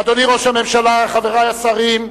אדוני ראש הממשלה, חברי השרים,